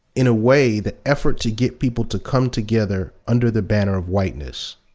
in a way, the effort to get people to come together under the banner of whiteness